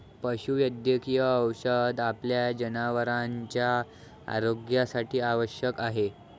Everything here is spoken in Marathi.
पशुवैद्यकीय औषध आपल्या जनावरांच्या आरोग्यासाठी आवश्यक आहे